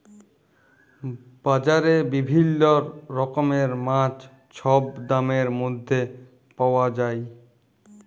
বাজারে বিভিল্ল্য রকমের মাছ ছব দামের ম্যধে পাউয়া যায়